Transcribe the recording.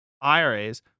IRAs